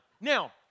Now